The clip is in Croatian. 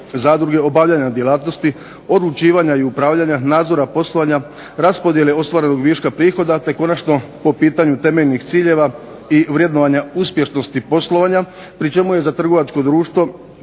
zadruge, obavljanja djelatnosti, odlučivanja i upravljanja, nadzora poslovanja, raspodjele ostvarenog viška prihoda te konačno po pitanju temeljnih ciljeva i vrednovanja uspješnosti poslovanja pri čemu je za trgovačko društvo